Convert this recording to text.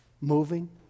moving